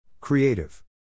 Creative